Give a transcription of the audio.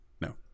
No